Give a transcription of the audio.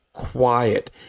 quiet